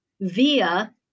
via